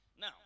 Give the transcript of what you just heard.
Now